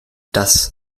das